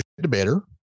debater